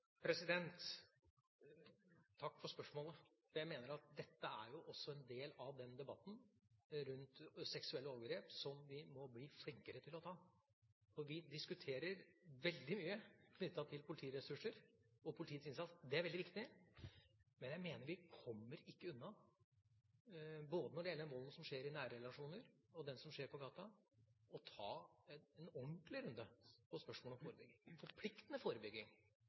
Takk for spørsmålet. Jeg mener at dette også er en del av debatten om seksuelle overgrep som vi må bli flinkere til å ta. Vi diskuterer veldig mye det som er knyttet til politiressurser og politiets innsats, som er veldig viktig, men jeg mener at vi ikke kommer unna, både når det gjelder den volden som skjer i nære relasjoner, og den som skjer på gata, å ta en ordentlig runde på spørsmålet om forebygging – forpliktende forebygging.